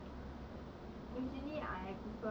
我 mm